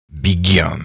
begin